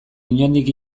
inondik